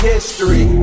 history